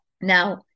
Now